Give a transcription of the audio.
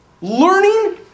Learning